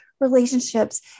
relationships